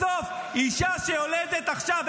ובסוף אישה שיולדת עכשיו,